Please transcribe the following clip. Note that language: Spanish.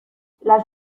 las